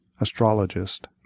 Astrologist